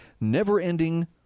never-ending